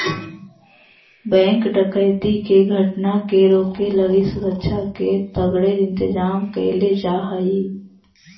bank डकैती के घटना के रोके लगी सुरक्षा के तगड़े इंतजाम कैल जा हइ